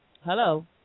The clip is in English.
Hello